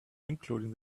including